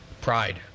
pride